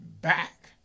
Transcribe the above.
back